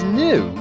new